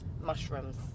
mushrooms